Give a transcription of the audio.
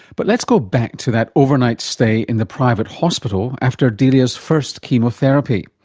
but let's go back to that overnight stay in the private hospital after delia's first chemotherapy.